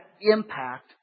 impact